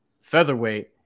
featherweight